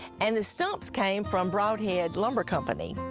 and the stumps came from broadhead lumber company,